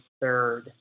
third